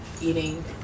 eating